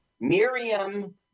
Miriam